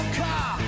car